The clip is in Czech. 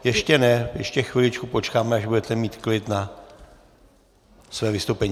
Ještě ne, ještě chviličku počkáme, až budete mít klid na své vystoupení.